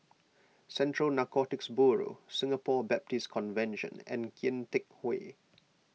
Central Narcotics Bureau Singapore Baptist Convention and Kian Teck Way